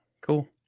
cool